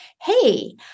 Hey